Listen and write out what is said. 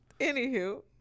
Anywho